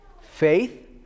faith